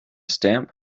stamp